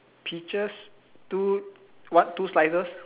peaches two one two slices